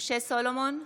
משה סולומון,